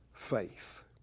faith